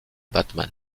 batman